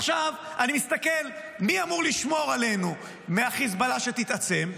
עכשיו אני מסתכל מי אמור לשמור עלינו מהחיזבאללה שיתעצם,